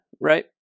right